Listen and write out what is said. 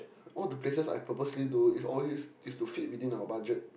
all the places I purposely do is always is to fit within our budget